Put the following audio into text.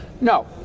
No